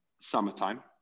summertime